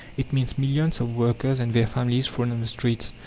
it means millions of workers and their families thrown on the streets.